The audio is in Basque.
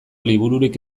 libururik